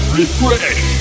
refresh